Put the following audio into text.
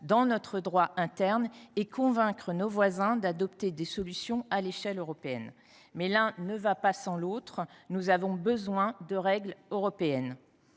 dans notre droit interne et convaincre nos voisins d’adopter des solutions à l’échelle européenne. Mais l’un ne va pas sans l’autre. Nous avons besoin de règles européennes.